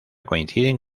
coinciden